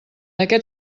aquest